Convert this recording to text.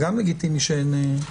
זה גם לגיטימי שאין.